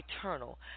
eternal